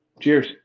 Cheers